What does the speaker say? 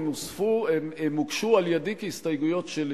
הן הוגשו על-ידי כהסתייגויות שלי